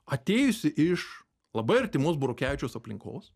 atėjusi iš labai artimos burokevičiaus aplinkos